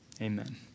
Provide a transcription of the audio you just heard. amen